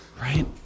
Right